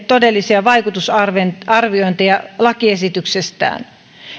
todellisia vaikutusarviointeja lakiesityksestään